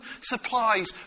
supplies